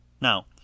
Now